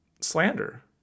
slander